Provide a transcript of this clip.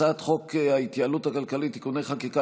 הצעת חוק ההתייעלות הכלכלית (תיקוני חקיקה